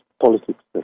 politics